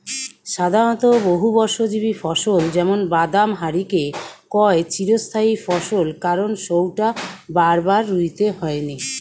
সাধারণত বহুবর্ষজীবী ফসল যেমন বাদাম হারিকে কয় চিরস্থায়ী ফসল কারণ সউটা বারবার রুইতে হয়নি